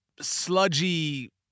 sludgy